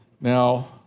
Now